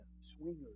swingers